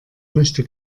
möchte